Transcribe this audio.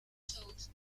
shows